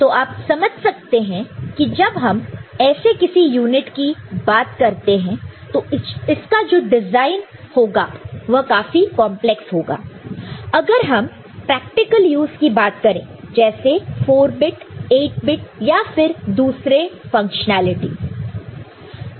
तो आप समझ सकते हैं कि जब हम ऐसे किसी यूनिट की बात करते हैं तो इसका जो डिजाइन होगा वह काफी कंपलेक्स होगा अगर हम प्रैक्टिकल यूज की बात करें जैसे 4 बिट 8 बिट या फिर दूसरे फ़ंक्शनेलिटीस